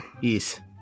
Yes